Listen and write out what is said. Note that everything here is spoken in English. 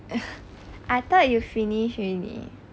I thought you finish already